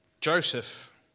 Joseph